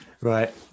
Right